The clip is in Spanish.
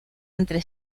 entre